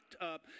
up